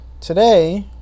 Today